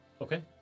Okay